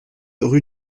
rue